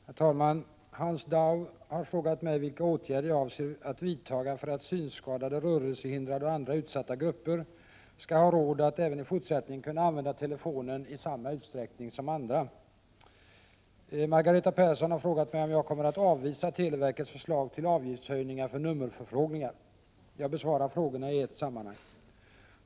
Herr talman! Hans Dau har frågat mig vilka åtgärder jag avser att vidta för att synskadade, rörelsehindrade och andra utsatta grupper skall ha råd att även i fortsättningen använda telefonen i samma utsträckning som vi andra. Margareta Persson har frågat mig om jag kommer att avvisa televerkets förslag till avgiftshöjningar för nummerförfrågningar. Jag besvarar frågorna i ett sammanhang.